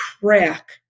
crack